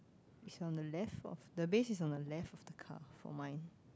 is on the left of the base is on the left of the car for mine